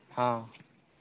ହଁ